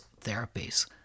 therapies